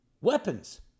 Weapons